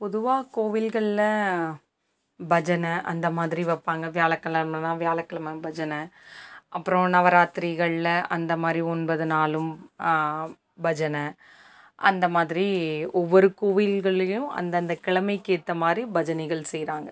பொதுவாக கோவில்களில் பஜனை அந்தமாதிரி வைப்பாங்க வியாழக்கிழமைலாம் வியாழக்கிழமை பஜனை அப்புறம் நவராத்திரிகளில் அந்தமாதிரி ஒன்பது நாளும் பஜனை அந்தமாதிரி ஒவ்வொரு கோவில்களையும் அந்தந்த கிழமைக்கு ஏற்ற மாதிரி பஜனைகள் செய்கிறாங்க